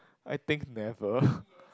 I think never